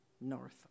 north